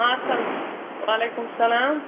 آسَل واعلیکُم السلام